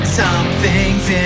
something's